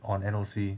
on N_O_C